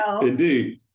indeed